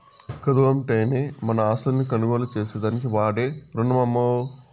కుదవంటేనే మన ఆస్తుల్ని కొనుగోలు చేసేదానికి వాడే రునమమ్మో